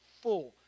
full